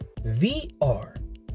VR